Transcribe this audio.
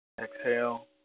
Exhale